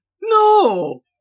No